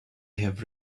have